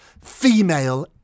female